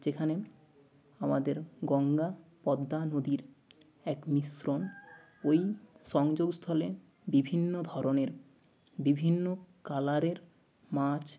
যেখানে আমাদের গঙ্গা পদ্মা নদীর এক মিশ্রণ ওই সংযোগস্থলে বিভিন্ন ধরনের বিভিন্ন কালারের মাছ